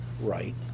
right